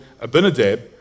Abinadab